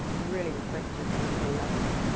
really reflective and really lovely.